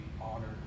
honored